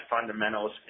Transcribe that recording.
fundamentals